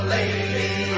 lady